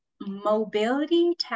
mobility